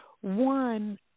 One